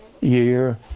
Year